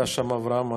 היה שם אברהם נגוסה.